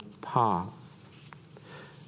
path